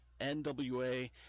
NWA